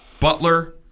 Butler